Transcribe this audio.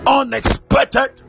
unexpected